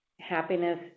happiness